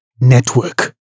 network